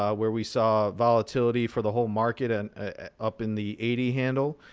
um where we saw volatility for the whole market and ah up in the eighty handle.